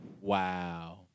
Wow